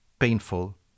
Painful